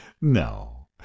No